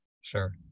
Sure